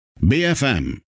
BFM